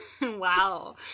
wow